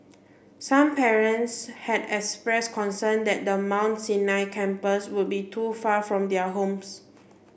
some parents had express concern that the Mount Sinai campus would be too far from their homes